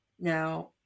Now